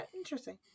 interesting